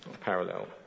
parallel